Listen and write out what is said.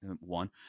One